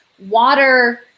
water